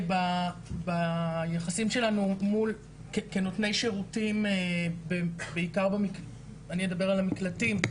ביחסים שלנו מול נותני שירותים ובעיקר אני אדבר על המקלטים,